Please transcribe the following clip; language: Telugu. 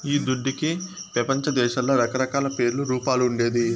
ఈ దుడ్డుకే పెపంచదేశాల్ల రకరకాల పేర్లు, రూపాలు ఉండేది